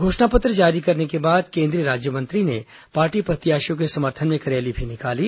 घोषणा पत्र जारी करने के बाद केंद्रीय राज्यमंत्री ने पार्टी प्रत्याशियों के समर्थन में एक रैली भी निकाली